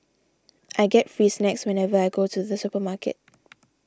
I get free snacks whenever I go to the supermarket